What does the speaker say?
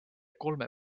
kolme